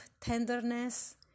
tenderness